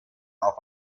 auf